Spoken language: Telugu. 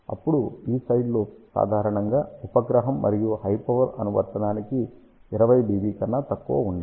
అప్పుడు ఈ సైడ్ లోబ్స్ సాధారణంగా ఉపగ్రహం మరియు హై పవర్ అనువర్తనానికి 20 dB కన్నా తక్కువ ఉండాలి